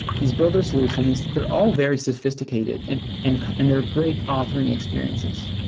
these builder solutions, they're all very sophisticated and and and they're great authoring experiences.